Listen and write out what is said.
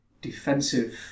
Defensive